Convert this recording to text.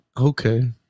Okay